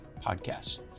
podcasts